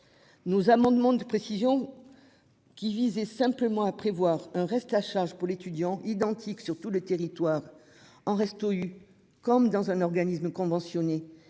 Nous amendement de précision. Qui visaient simplement à prévoir un reste à charge. Pour l'étudiant identique sur tout le territoire en resto U comme dans un organisme conventionné